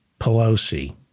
Pelosi